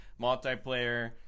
Multiplayer